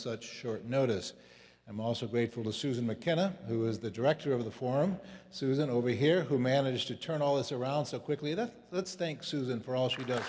such short notice i'm also grateful to susan mckenna who is the director of the form susan over here who managed to turn all this around so quickly that let's think susan for all she does